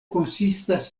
konsistas